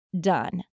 done